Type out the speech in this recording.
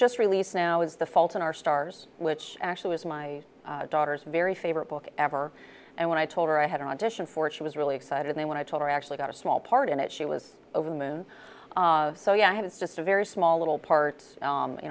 just released now is the fault in our stars which actually is my daughter's very favorite book ever and when i told her i had an audition for it she was really excited then when i told her i actually got a small part in it she was over the moon so yeah i had it's just a very small little parts